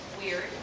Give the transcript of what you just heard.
weird